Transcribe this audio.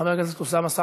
חבר הכנסת אוסאמה סעדי,